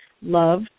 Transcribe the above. love